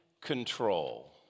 control